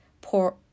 poor